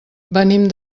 venim